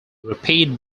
repeat